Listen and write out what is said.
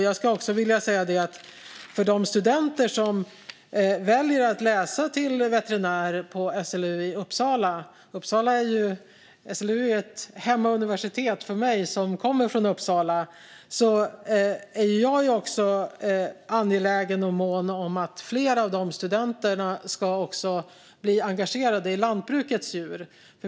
Jag är också angelägen och mån om att fler av de studenter som väljer att läsa till veterinär på SLU i Uppsala, mitt hemuniversitet, ska engagera sig i lantbruksdjur.